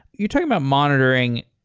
you're talking about monitoring,